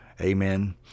amen